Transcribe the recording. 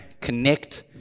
connect